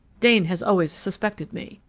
dane has always suspected me.